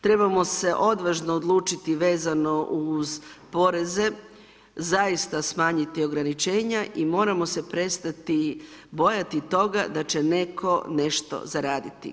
Trebamo se odvažno odlučiti vezano uz poreze, zaista smanjiti ograničenja i moramo se prestati bojati toga da će netko nešto zaraditi.